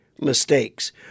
mistakes